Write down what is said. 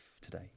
today